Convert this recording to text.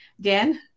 Dan